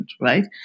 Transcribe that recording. right